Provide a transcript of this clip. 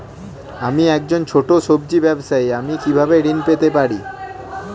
আমি একজন ছোট সব্জি ব্যবসায়ী আমি কিভাবে ঋণ পেতে পারি?